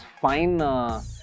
fine